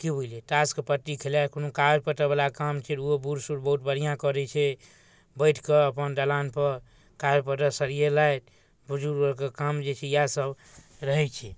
कि बुझलिए ताशके पत्ती खेलाइ कोनो कागज पत्तरवला काम फेर ओ बूढ़सूढ़ बहुत बढ़िआँ करै छै बैसिकऽ अपन दलानपर कागज पत्तर सरिएलथि बुजुर्गके काम जे छै इएहसब रहै छै